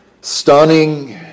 stunning